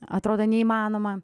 atrodo neįmanoma